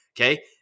Okay